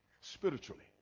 spiritually